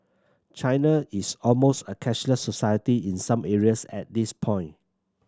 China is almost a cashless society in some areas at this point